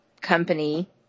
company